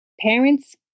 parents